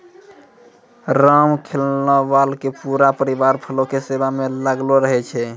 रामखेलावन के पूरा परिवार फूलो के सेवा म लागलो रहै छै